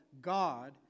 God